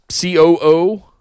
COO